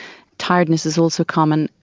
tiredness is also common.